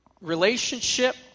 relationship